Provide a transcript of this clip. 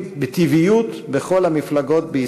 חשוב מתמיד לדבר על ציונות, על